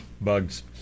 bugs